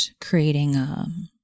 creating